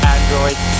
Android